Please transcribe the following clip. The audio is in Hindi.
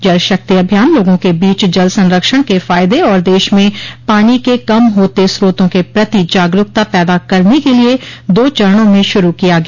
जल शक्ति अभियान लोगों के बीच जल संरक्षण के फायदे और देश में पानी के कम होते स्रोतो के प्रति जागरुकता पैदा करने के लिए दो चरणों में शुरु किया गया